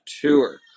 tour